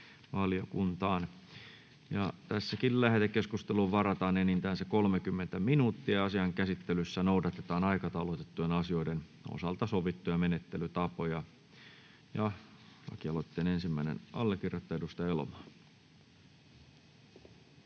Lähetekeskusteluun varataan enintään 30 minuuttia. Asian käsittelyssä noudatetaan aikataulutettujen asioiden osalta sovittuja menettelytapoja. — Aloitteen ensimmäinen allekirjoittaja, edustaja Elomaa.